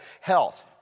health